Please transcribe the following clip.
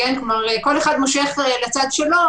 כל אחד מושך לצד שלו,